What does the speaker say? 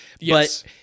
Yes